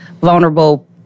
vulnerable